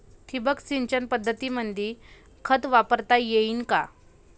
ठिबक सिंचन पद्धतीमंदी खत वापरता येईन का?